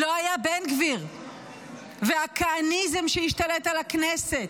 לא היה בן גביר והכהניזם שהשתלט על הכנסת,